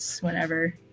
whenever